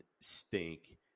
stink